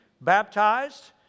baptized